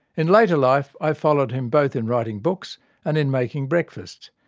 in later life, i followed him both in writing books and in making breakfast.